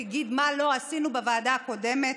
ותגיד מה לא עשינו בוועדה הקודמת,